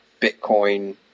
Bitcoin